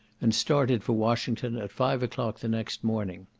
and started for washington at five o'clock the next morning.